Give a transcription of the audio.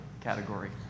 category